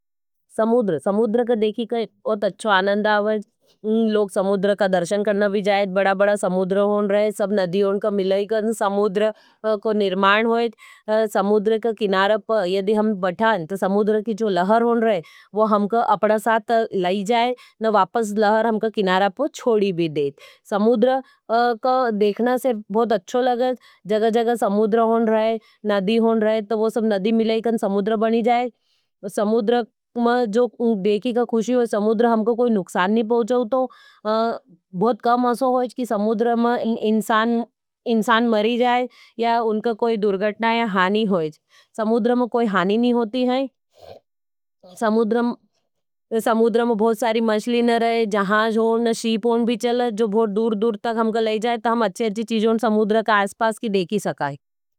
समुद्र, समुद्र का देखी काई बहुत अच्छो आनन्दा आवाईज। लोग समुद्र का दर्शन करने भी जायेज़, बड़ा-बड़ा समुद्र होन रहे, सब नदी होन का मिलैगे और समुद्र को निर्मान होईज। समुद्र का देखना से बहुत अच्छो लगत है। जगह जगह समुद्र होन रहे, नदी होन रहे, तो वो सब नदी मिलेगे और समुद्र बनी जाएज। समुद्र का देखना से बहुत अच्छो लगत है।